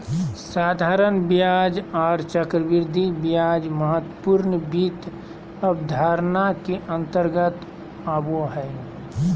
साधारण ब्याज आर चक्रवृद्धि ब्याज महत्वपूर्ण वित्त अवधारणा के अंतर्गत आबो हय